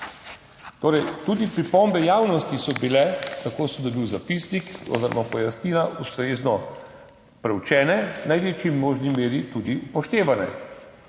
Tudi pripombe javnosti so bile, tako sem dobil zapisnik oziroma pojasnila, ustrezno preučene, v največji možni meri tudi upoštevane.